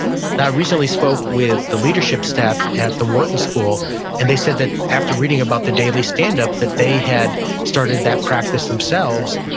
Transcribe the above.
recently spoke with the leadership staff at the wharton school and they said that after reading about the daily stand-up, that they had started that practice themselves,